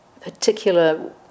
particular